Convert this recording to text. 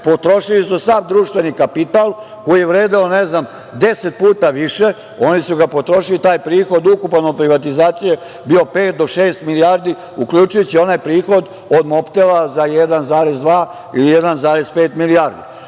Potrošili su sav društveni kapital koji je vredeo, ne znam, deset puta više. Oni su potrošili taj prihod ukupan od privatizacije, pet do šest milijardi, uključujući i onaj prihod od "Mobtela" za 1,2 ili 1,5 milijardi.